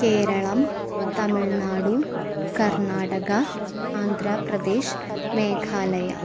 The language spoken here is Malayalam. കേരളം തമിഴ്നാട് കർണാടക ആന്ധ്രാപ്രദേശ് മേഘാലയ